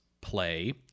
play